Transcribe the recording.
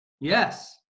Yes